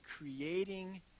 creating